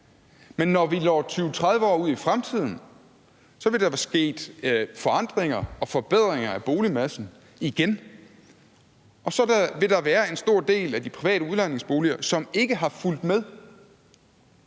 men når vi når 20-30 år ud i fremtiden, vil der være sket forandringer og forbedringer af boligmassen igen. Så vil der være en stor del af de private udlejningsboliger, som ikke har fulgt med.